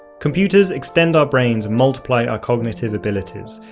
computers extend our brains multiply our cognitive abilities.